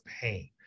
pain